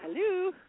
Hello